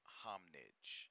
homage